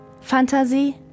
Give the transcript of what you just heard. Fantasie